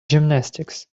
gymnastics